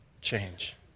change